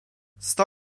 sto